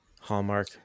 Hallmark